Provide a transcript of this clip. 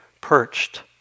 perched